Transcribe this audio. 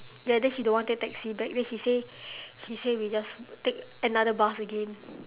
ya then she don't want to take taxi back then she say she say we just take another bus again